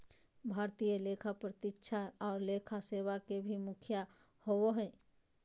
भारतीय लेखा परीक्षा और लेखा सेवा के भी मुखिया होबो हइ